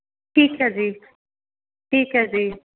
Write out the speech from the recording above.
ਠੀਕ ਹੈ ਜੀ ਠੀਕ ਹੈ ਜੀ